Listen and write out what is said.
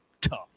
tough